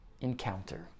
encounter